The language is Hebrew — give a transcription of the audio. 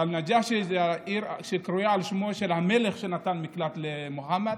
ואל-נג'אשי זו העיר שקרויה על שמו של המלך שנתן מקלט למוחמד.